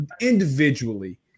individually